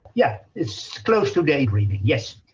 yeah it's close to daydreaming, yes.